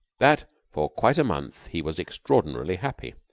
that for quite a month he was extraordinarily happy.